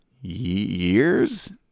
years